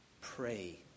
pray